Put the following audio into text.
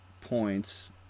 points